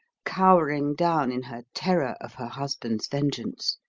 cowering down in her terror of her husband's vengeance,